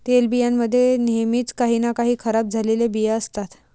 तेलबियां मध्ये नेहमीच काही ना काही खराब झालेले बिया असतात